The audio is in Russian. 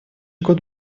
год